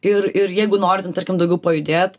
ir ir jeigu nori tarkim daugiau pajudėt